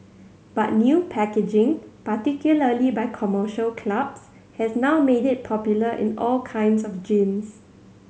but new packaging particularly by commercial clubs has now made it popular in all kinds of gyms